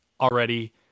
already